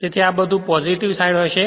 તેથી આ બધુ જ પોજીટીવ સાઈડ હશે